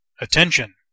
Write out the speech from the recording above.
Attention